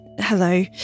hello